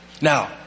Now